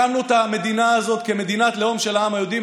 הקמנו את המדינה הזאת כמדינת הלאום של העם היהודי,